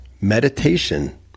meditation